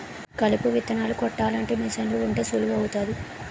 కలుపు విత్తనాలు కొట్టాలంటే మీసన్లు ఉంటే సులువు అవుతాది